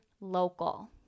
local